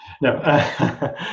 No